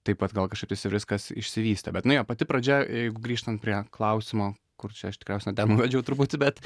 taip pat gal kažkaip tais ir viskas išsivystė bet nu jo pati pradžia jeigu grįžtant prie klausimo kur čia aš tikriausiai ne ten nuvedžiau truputį bet